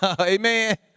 Amen